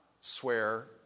swear